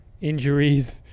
injuries